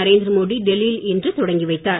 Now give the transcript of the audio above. நரேந்திர மோடி டெல்லியில் இன்று தொடங்கி வைத்தார்